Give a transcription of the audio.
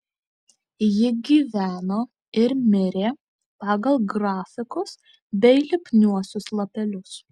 ji gyveno ir mirė pagal grafikus bei lipniuosius lapelius